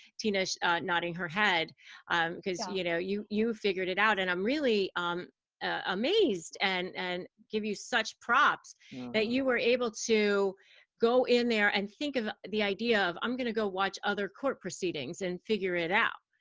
tina's nodding her head because you know you you figured it out. and i'm really amazed, and and give you such props that you were able to go in there and think of the idea of i'm going to go watch other court proceedings and figure it out.